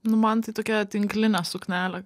nu man tai tokia tinklinė suknelė